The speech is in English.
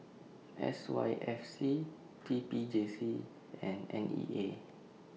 S Y F C T P J C and N E A